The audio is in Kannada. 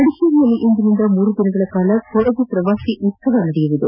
ಮಡಿಕೇರಿಯಲ್ಲಿ ಇಂದಿನಿಂದ ಮೂರು ದಿನಗಳ ಕಾಲ ಕೊಡಗು ಪ್ರವಾಸಿ ಉತ್ಸವ ಜರುಗಲಿದೆ